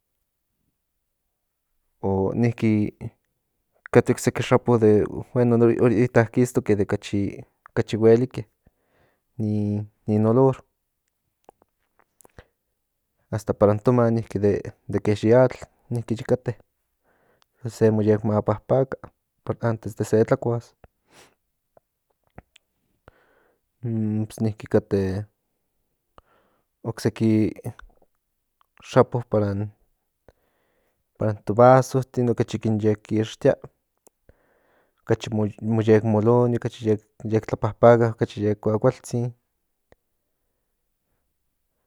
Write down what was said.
O niki kate ocseki xapo de bueno orita kistoke de okachi huelike in ni olor hasta para in toma niki de yi atl niki yi kate para se mo yek mapapaka antes de se tlakuas niki kate ocseki xapo para in to vasotin okachi kin yek kixtia okachi yek moloni okachi yek tlapapaka okachi yek kuakualtzin